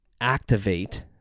activate